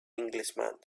englishman